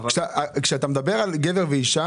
ואם הבטחתי תקציב משרדי מסוים באמצע שנה לשנות מערכה כשאין